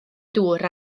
dŵr